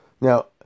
Now